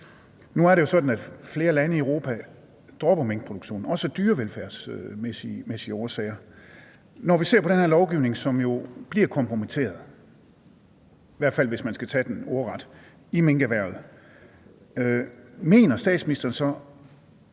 Nu er det sådan, at flere lande i Europa dropper minkproduktionen, også af dyrevelfærdsmæssige årsager, og når vi ser på den her lovgivning, som jo bliver kompromitteret, i hvert fald hvis man skal tage den ordret, i minkerhvervet, mener statsministeren så,